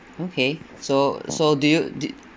okay so so do you do